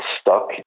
stuck